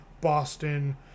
Boston